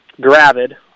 gravid